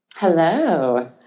Hello